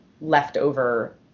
leftover